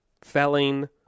felling